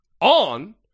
on